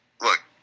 Look